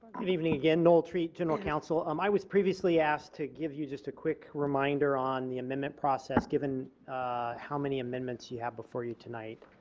good evening again noel treat general counsel um i was previously asked to give you just a quick reminder on the amendment process given how many amendments you have before you tonight.